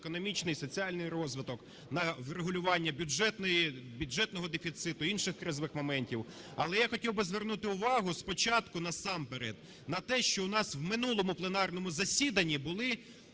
економічний, соціальний розвиток, на врегулювання бюджетного дефіциту, інших кризових моментів. Але я хотів би звернути увагу спочатку насамперед на те, що в нас в минулому пленарному засіданні були,